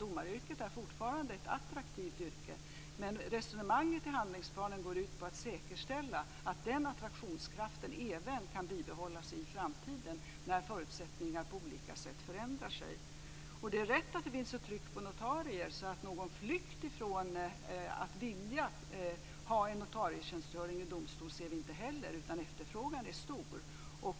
Domaryrket är fortfarande ett attraktivt yrke, men resonemanget i handlingsplanen går ut på att säkerställa att den attraktionskraften även kan bibehållas i framtiden när förutsättningarna på olika sätt förändrar sig. Det är riktigt att det finns ett tryck på notarieplatser. Vi ser alltså inte heller någon flykt från notarietjänstgöring i domstol, utan efterfrågan är stor.